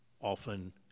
often